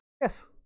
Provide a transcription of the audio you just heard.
yes